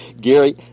Gary